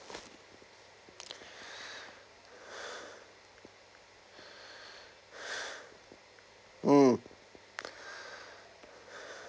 mm